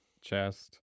chest